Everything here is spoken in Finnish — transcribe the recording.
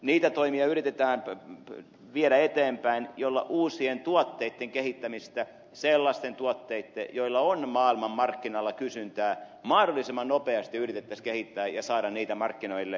niitä toimia yritetään viedä eteenpäin joilla uusien tuotteitten kehittämistä sellaisten tuotteitten joilla on maailmanmarkkinalla kysyntää mahdollisimman nopeasti yritettäisiin kehittää ja saada niitä markkinoille